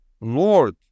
Lord